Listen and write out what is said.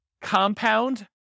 compound